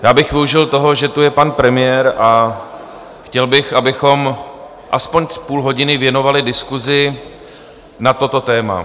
Já bych využil toho, že tu je pan premiér, a chtěl bych, abychom aspoň půl hodiny věnovali diskusi na toto téma.